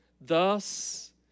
Thus